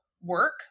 work